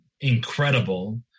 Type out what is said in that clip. incredible